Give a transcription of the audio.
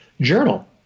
journal